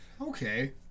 Okay